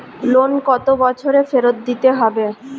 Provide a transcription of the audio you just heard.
Loan কত বছরে ফেরত দিতে হয়?